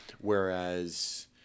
Whereas